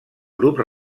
grups